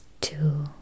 Two